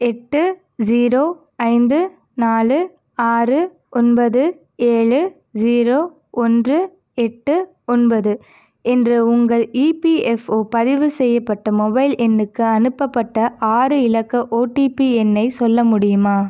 எட்டு ஸீரோ ஐந்து நாலு ஆறு ஒன்பது ஏழு ஸீரோ ஒன்று எட்டு ஒன்பது என்ற உங்கள் இபிஎஃப்ஓ பதிவு செய்யப்பட்ட மொபைல் எண்ணுக்கு அனுப்பப்பட்ட ஆறு இலக்க ஓடிபி எண்ணை சொல்ல முடியுமா